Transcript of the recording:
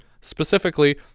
specifically